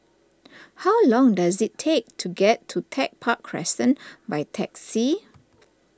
how long does it take to get to Tech Park Crescent by taxi